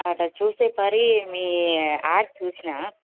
అలా చూస్తే సరి మీ యాడ్ చూసాను